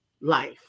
life